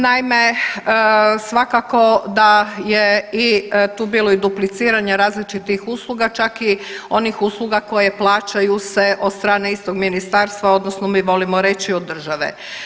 Naime, svakako da je i tu bilo i dupliciranja različitih usluga, čak i onih usluga koje plaćaju se od strane istog ministarstva odnosno mi volimo reći od države.